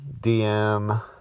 DM